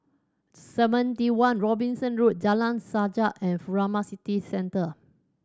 Seventy One Robinson Road Jalan Sajak and Furama City Centre